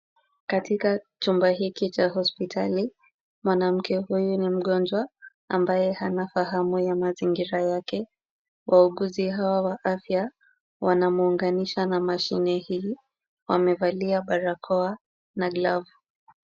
Katika chumba hiki cha hospitali, mwanamke huyu ni mgonjwa ambaye hana fahamu ya mazingira yake. Wauguzi hawa wa afya wanamuunganisha na mashine hii. Wamevalia barakoa na glavu.